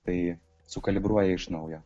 tai sukalibruoja iš naujo